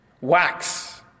wax